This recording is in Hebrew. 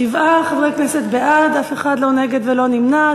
שבעה חברי כנסת בעד, אף אחד לא נגד ולא נמנע.